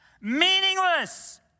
Meaningless